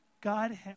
God